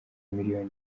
miliyoni